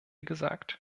gesagt